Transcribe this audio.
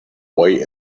way